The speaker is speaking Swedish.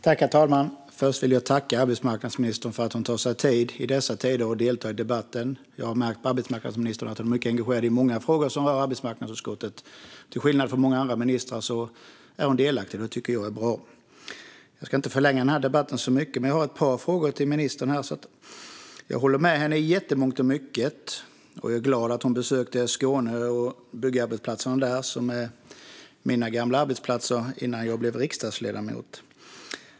Herr talman! Först vill jag tacka arbetsmarknadsministern för att hon i dessa tider tar sig tid att delta i debatten. Jag har märkt på arbetsmarknadsministern att hon är mycket engagerad i många frågor som rör arbetsmarknadsutskottet. Till skillnad från många andra ministrar är hon delaktig, och det tycker jag är bra. Jag ska inte förlänga denna debatt så mycket, men jag har ett par frågor till ministern. Jag håller med henne i mångt och mycket. Jag är glad att hon besökte Skåne och byggarbetsplatserna där, som är mina gamla arbetsplatser innan jag blev riksdagsledamot.